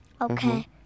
Okay